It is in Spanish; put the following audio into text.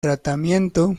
tratamiento